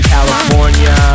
California